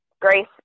Grace